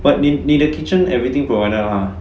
but 你你的 kitchen everything provided mah